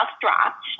dropped